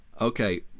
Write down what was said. okay